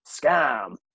scam